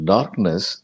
Darkness